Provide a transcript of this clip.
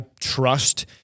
trust